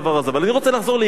אבל אני רוצה לחזור לעיקר העניין,